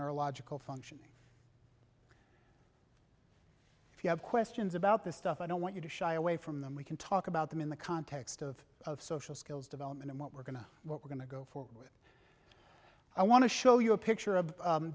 neurological functioning if you have questions about this stuff i don't want you to shy away from them we can talk about them in the context of of social skills development and what we're going to we're going to go for with i want to show you a picture of